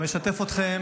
אני גם אשתף אתכם